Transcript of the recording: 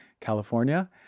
California